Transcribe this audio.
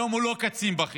היום הוא לא קצין בכיר.